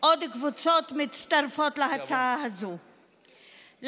עוד קבוצות מצטרפות להצעה הזאת.